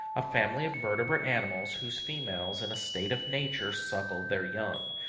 a family of vertebrate animals whose females in a state of nature suckle their young,